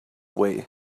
way